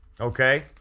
Okay